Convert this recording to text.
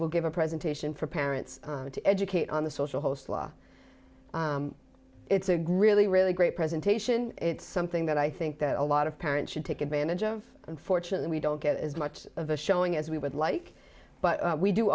will give a presentation for parents to educate on the social host law it's a greeley really great presentation it's something that i think that a lot of parents should take advantage of and fortunately we don't get as much of a showing as we would like but we do